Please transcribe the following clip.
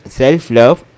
self-love